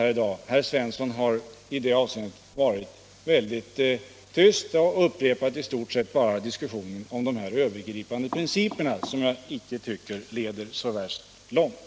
Herr Svensson har i det avseendet varit väldigt tyst och i stort sett bara upprepat vad han sagt förut om de övergripande principerna, något som jag inte tycker leder så värst långt.